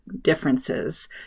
differences